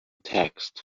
text